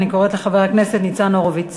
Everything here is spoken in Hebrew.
אני קוראת לחבר הכנסת ניצן הורוביץ.